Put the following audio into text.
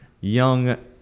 young